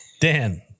Dan